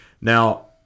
Now